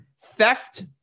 theft